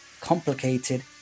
complicated